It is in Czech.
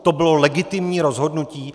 To bylo legitimní rozhodnutí.